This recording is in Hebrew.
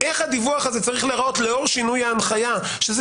איך הדיווח הזה צריך להראות לאור שינוי ההנחיה שזה